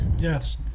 Yes